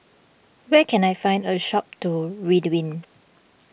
where can I find a shop to Ridwind